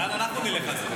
אז לאן אנחנו נלך?